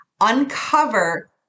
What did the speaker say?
uncover